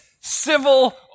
civil